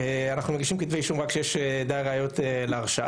אנחנו מגישים כתבי אישום רק כשיש מספיק ראיות להרשאה.